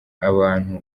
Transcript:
abantu